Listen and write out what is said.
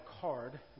card